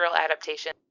adaptation